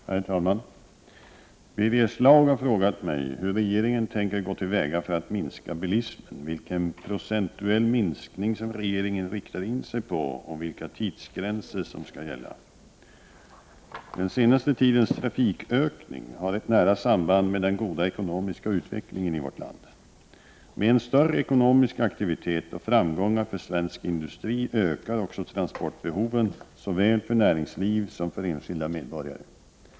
Herr talman! Birger Schlaug har frågat mig hur regeringen tänker gå till väga för att minska bilismen, vilken procentuell minskning som regeringen riktar in sig på och vilka tidsgränser som skall gälla. Den senaste tidens trafikökning har ett nära samband med den goda ekonomiska utvecklingen i vårt land. Med en större ekonomisk aktivitet och framgångar för svensk industri ökar också transportbehoven såväl för näringsliv som för enskilda medborgare.